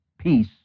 peace